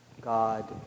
God